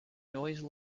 noise